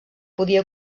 podia